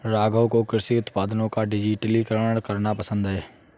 राघव को कृषि उत्पादों का डिजिटलीकरण करना पसंद है